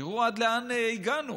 תראו עד לאן הגענו.